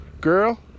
girl